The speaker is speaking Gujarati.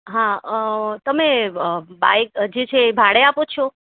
હા તમે બાઈક જે છે એ ભાડે આપો છો